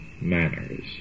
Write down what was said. manners